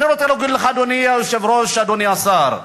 אדוני היושב-ראש, אדוני השר,